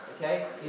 Okay